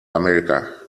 america